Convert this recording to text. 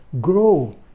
grow